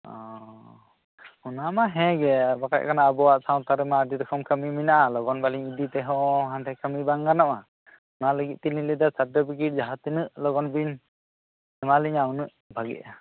ᱚᱱᱟ ᱢᱟ ᱦᱮᱸ ᱜᱮ ᱵᱟᱠᱷᱟᱡ ᱦᱩᱭᱩᱜ ᱠᱟᱱᱟ ᱟᱵᱚᱭᱟᱜ ᱥᱟᱶᱛᱟ ᱨᱮᱢᱟ ᱟᱹᱰᱤ ᱨᱚᱠᱚᱢ ᱠᱟᱹᱢᱤ ᱢᱮᱱᱟᱜᱼᱟ ᱞᱚᱜᱚᱱ ᱵᱟᱞᱤᱧ ᱤᱫᱤ ᱛᱮᱦᱚᱸ ᱦᱟᱰᱮ ᱠᱟᱹᱢᱤ ᱵᱟᱝ ᱜᱟᱱᱚᱜᱼᱟ ᱚᱱᱟ ᱞᱟᱹᱜᱤᱫ ᱛᱤᱞᱤᱧ ᱞᱟᱹᱭᱮᱫᱟ ᱥᱟᱨᱴᱤᱯᱷᱤᱠᱮᱴ ᱡᱟᱦᱟᱸ ᱛᱤᱱᱟᱜ ᱞᱚᱜᱚᱱ ᱵᱤᱱ ᱮᱢᱟ ᱞᱤᱧᱟᱹ ᱩᱱᱟᱜ ᱵᱷᱟᱹᱜᱤᱜᱼᱟ